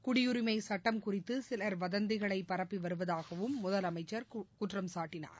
குடியுரிமை சுட்டம் குறித்து சில் வதந்திகளை பரப்பி வருவதாகவும்டி முதலமைச்சர் குற்றம் சாட்டினார்